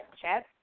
Chad